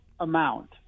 amount